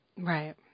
Right